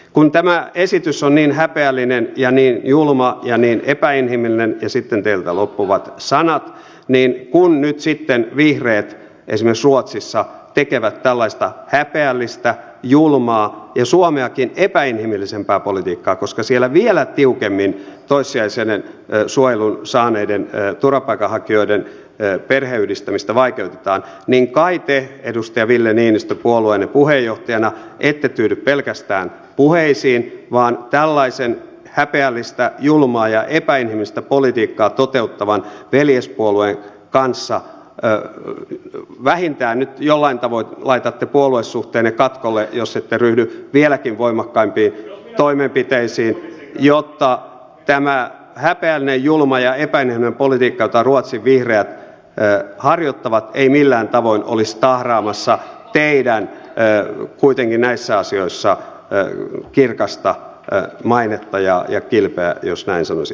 kun tämä esitys on niin häpeällinen ja niin julma ja niin epäinhimillinen ja sitten teiltä loppuvat sanat niin kun nyt sitten vihreät esimerkiksi ruotsissa tekevät tällaista häpeällistä julmaa ja suomeakin epäinhimillisempää politiikkaa koska siellä vielä tiukemmin toissijaisen suojelun saaneiden turvapaikanhakijoiden perheenyhdistämistä vaikeutetaan niin kai te edustaja ville niinistö puolueenne puheenjohtajana ette tyydy pelkästään puheisiin vaan tällaisen häpeällistä julmaa ja epäinhimillistä politiikkaa toteuttavan veljespuolueen kanssa vähintään nyt jollain tavoin laitatte puoluesuhteenne katkolle jos ette ryhdy vieläkin voimakkaampiin toimenpiteisiin jotta tämä häpeällinen julma ja epäinhimillinen politiikka jota ruotsin vihreät harjoittavat ei millään tavoin olisi tahraamassa teidän kuitenkin näissä asioissa kirkasta mainettanne ja kilpeänne jos näin sanoisin